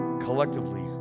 collectively